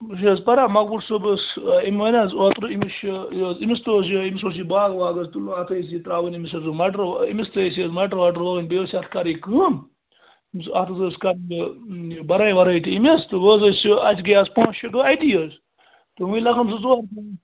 حظ پرا مقبوٗل صٲبَس أمۍ ؤنۍ حظ اوترٕ أمِس چھُ یہِ حظ أمِس تہِ اوس یِہوٚے أمِس تہِ اوس یہِ باغ واغ حظ تُلُن اَتھ ٲسۍ یہِ ترٛاوُن أمِس حظ یہِ مَٹر أمِس تہِ ٲسۍ یہِ مَٹَر وَٹَر وَوٕنۍ بیٚیہِ ٲسۍ یَتھ کَرٕنۍ کٲم أمِس اَتھ حظ ٲسۍ کَرٕنۍ یہِ یہِ بَرٲے وَرٲے تہِ أمِس تہٕ وۄنۍ حظ ٲسۍ اَسہِ گٔے آز پانٛژھ شےٚ دۄہ اَتی حظ تہٕ وٕنۍ لَگَن زٕ ژور